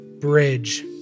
bridge